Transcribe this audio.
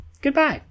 Goodbye